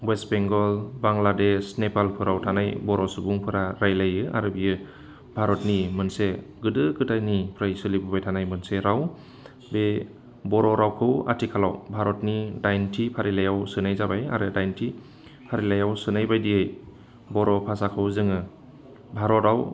अवेस्ट बेंगल बांग्लादेश नेपालफोराव थानाय बर' सुबुंफोरा रायज्लायो आरो बियो भारतनि मोनसे गोदो गोदायनिफ्राय सोलिबोबाय थानाय मोनसे राव बे बर' रावखौ आथिखालाव भारतनि दाइनथि फारिलाइयाव सोनाय जाबाय आरो दाइनथि फारिलाइयाव सोनायबायदियै बर' भासाखौ जोङो भारतआव